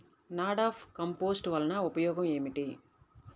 NADEP compost వలన ఉపయోగం ఏమిటి?